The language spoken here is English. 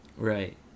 Right